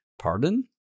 pardon